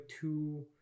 two